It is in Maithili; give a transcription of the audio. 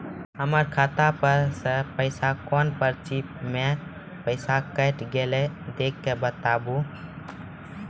हमर खाता पर से पैसा कौन मिर्ची मे पैसा कैट गेलौ देख के बताबू?